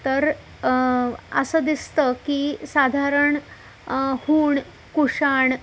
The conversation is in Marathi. तर असं दिसतं की साधारण हूण कुशाण